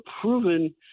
proven